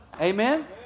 Amen